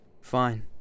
Fine